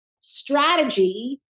strategy